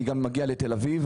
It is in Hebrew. אני גם מגיע לתל אביב.